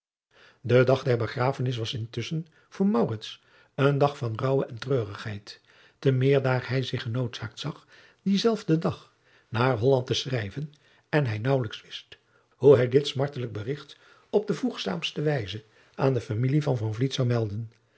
de dag der begrafenis was intusschen voor maurits een dag van rouwe en treurigheid te meer daar hij zich genoodzaakt zag dienzelfden dag naar holland te schrijven en hij naauwelijks wist hoe hij dit smartelijk berigt op de voegzaamste wijze aan de familie van van vliet zou melden